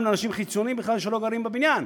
לאנשים חיצוניים שבכלל לא גרים בבניין,